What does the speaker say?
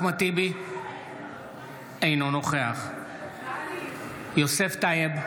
אינו נוכח יוסף טייב,